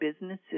businesses